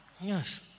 Yes